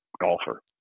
golfer